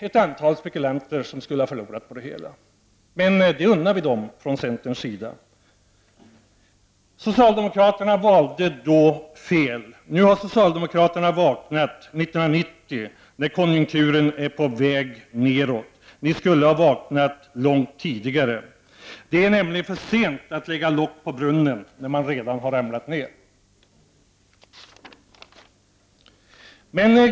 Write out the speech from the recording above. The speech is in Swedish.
Ett antal spekulanter skulle ha förlorat, men det unnar vi dem från centerpartiets sida. Socialdemokraterna valde fel. Nu, 1990, har socialdemokraterna vaknat när konjunkturen är på väg neråt. Ni skulle ha vaknat långt tidigare. Det är nämligen för sent att lägga locket på brunnen när man redan har ramlat ner.